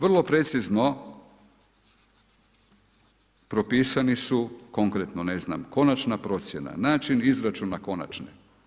Vrlo precizno propisani su konkretni, ne znam konačna procjena, način izračuna konačne.